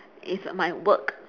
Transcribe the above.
it's my work